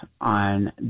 on